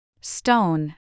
Stone